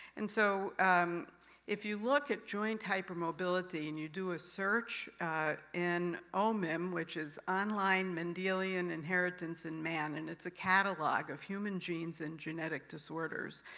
and so if you look at joint hypermobility, and you do a search in omim, which is online mendelian inheritance in man, and it's a catalogue of human genes and genetic disorders,